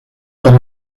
con